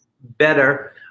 better